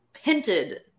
hinted